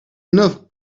enough